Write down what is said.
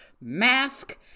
Mask